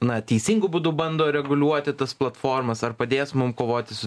na teisingu būdu bando reguliuoti tas platformas ar padės mum kovoti su